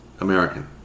American